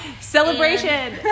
Celebration